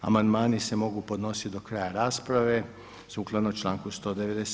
Amandmani se mogu podnositi do kraja rasprave sukladno članku 197.